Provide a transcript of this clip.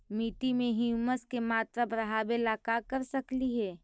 मिट्टी में ह्यूमस के मात्रा बढ़ावे ला का कर सकली हे?